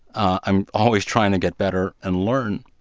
i'm always trying to get better and learn.